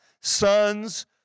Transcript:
son's